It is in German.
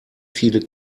viele